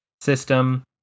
system